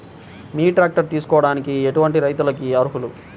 Mini tractor తీసుకోవడానికి ఎటువంటి రైతులకి అర్హులు?